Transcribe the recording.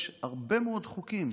יש הרבה מאוד חוקים.